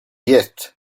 yet